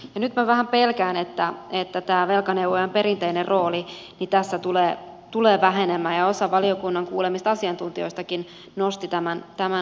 nyt minä vähän pelkään että tämä velkaneuvojan perinteinen rooli tässä tulee vähenemään ja osa valiokunnan kuulemista asiantuntijoistakin nosti tämän asian esiin